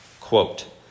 Quote